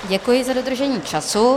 Děkuji za dodržení času.